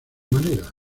manera